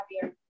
happier